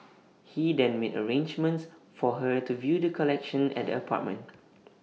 he then made arrangements for her to view the collection at the apartment